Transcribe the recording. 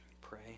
pray